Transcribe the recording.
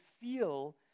feel